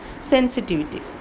sensitivity